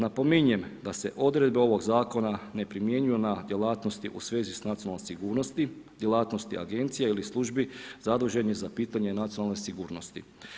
Napominjem da se odredbe ovog Zakona ne primjenjuju na djelatnosti u svezi s nacionalnom sigurnosti, djelatnosti agencija ili službi zaduženih za pitanje nacionalne sigurnosti.